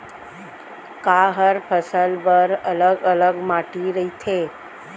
का हर फसल बर अलग अलग माटी रहिथे?